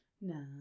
No